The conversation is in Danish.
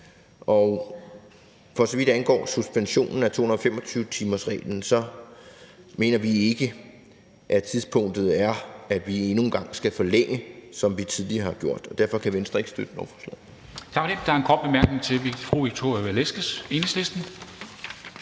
For så vidt angår suspensionen af 225-timersreglen, mener vi ikke, at tidspunktet er til, at vi endnu en gang skal forlænge, som vi tidligere har gjort. Derfor kan Venstre ikke støtte lovforslaget.